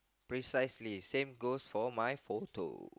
precisely same goes for my photo